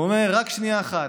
הוא אומר: רק שנייה אחת,